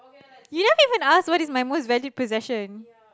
you don't even ask what is my most valued possession